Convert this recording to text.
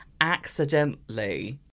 accidentally